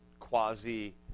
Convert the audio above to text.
Quasi